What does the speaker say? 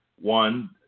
One